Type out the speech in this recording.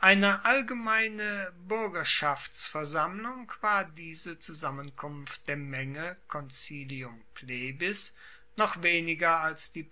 eine allgemeine buergerschaftsversammlung war diese zusammenkunft der menge concilium plebis noch weniger als die